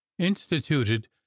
instituted